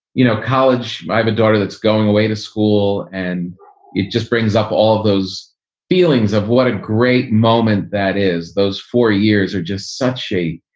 you know, college, i have a daughter that's going away to school and it just brings up all of those feelings of what a great moment that is. those four years are just such shape.